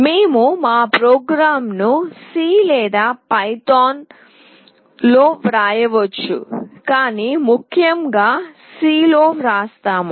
మేము మా ప్రోగ్రామ్ ను సి లేదా పైథాన్లో వ్రాయవచ్చు కాని ముఖ్యంగా సి లో వ్రాస్తాము